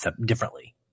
differently